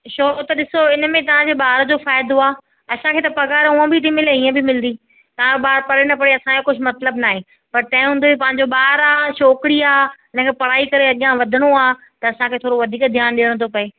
छो त ॾिसो हिन में तव्हांजे ॿार जो फ़ाइदो आहे असांखे त पघारु हूअं बि थी मिले ईअं बि मिलंदी तव्हांजो ॿारु पढ़े न पढ़े असांजो कुझु मतिलबु नाहे पर तंहिं हूंदे बि पंहिंजो ॿारु आहे छोकिरी आहे हिनखे पढ़ाई करे अॻियां वधणो आहे त असांखे थोरो वधीक ध्यानु ॾियणो थो पए